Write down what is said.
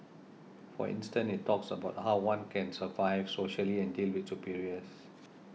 for instance it talks about how one can survive socially and deal with superiors